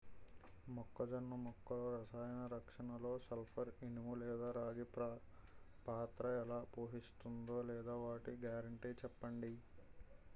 మొక్కజొన్న మొక్కల రసాయన రక్షణలో సల్పర్, ఇనుము లేదా రాగి పాత్ర ఎలా పోషిస్తుందో లేదా వాటి గ్యారంటీ చెప్పండి